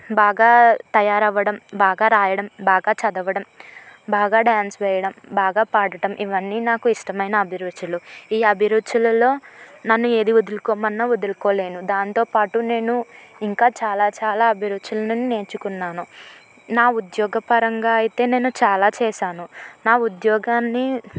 బాగా తయారవ్వడం బాగా రాయడం బాగా చదవడం బాగా డాన్స్ వేయడం బాగా పాడటం ఇవన్నీ నాకు ఇష్టమైన అభిరుచిలు ఈ అభిరుచులలో నన్ను ఏది వదులుకోమన్న వదులుకోలేను దాంతో పాటు నేను ఇంకా చాలా చాలా అభిరుచులను నేర్చుకున్నాను నా ఉద్యోగ పరంగా అయితే నేను చాలా చేశాను నా ఉద్యోగాన్ని